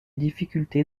difficultés